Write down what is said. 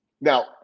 now